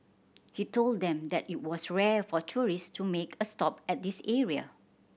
he told them that it was rare for tourist to make a stop at this area